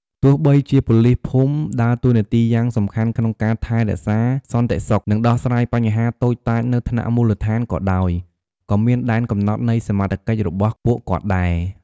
ទោះបីជាប៉ូលីសភូមិដើរតួនាទីយ៉ាងសំខាន់ក្នុងការថែរក្សាសន្តិសុខ និងដោះស្រាយបញ្ហាតូចតាចនៅថ្នាក់មូលដ្ឋានក៏ដោយ ក៏មានដែនកំណត់នៃសមត្ថកិច្ចរបស់ពួកគាត់ដែរ។